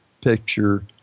picture